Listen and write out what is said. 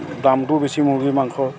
দামটোও বেছি মূৰ্গী মাংসৰ